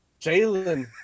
Jalen